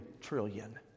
trillion